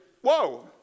whoa